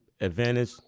advantage